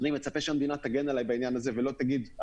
אני מצפה שהמדינה תגן עלי בעניין הזה ולא תגיד,